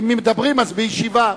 ואם מדברים, אז בישיבה.